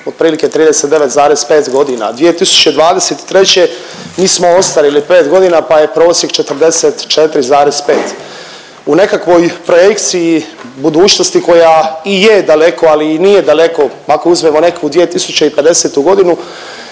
otprilike 39,5 godina. 2023. mi smo ostarili 5 godina pa je prosjek 44,5. U nekakvoj projekciji budućnosti koja i je daleko, ali nije daleko, ako uzmemo neku 2050. godinu,